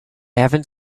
haven’t